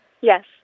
Yes